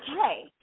Okay